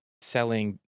selling